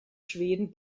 schweden